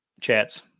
chats